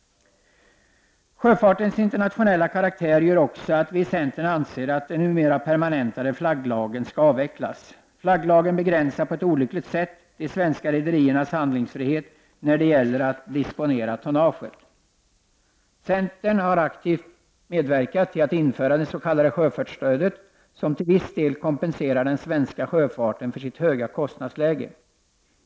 Sjöfartens internationella karaktär gör också att vi i centern anser att den numera permanentade flagglagen skall avvecklas. Flagglagen begränsar på ett olyckligt sätt de svenska rederiernas handlingsfrihet när det gäller att disponera tonnaget. Centern har aktivt medverkat till att införa det s.k. sjöfartsstödet, som till viss del kompenserar den svenska sjöfarten för dess höga kostnadsläge.